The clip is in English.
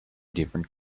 different